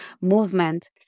movement